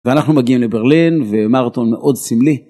ואנחנו מגיעים לברלין ומרטון מאוד סמלי.